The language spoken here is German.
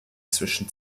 zwischen